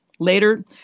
Later